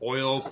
Oil